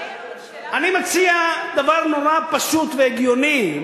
אני מציע דבר נורא פשוט והגיוני,